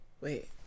Wait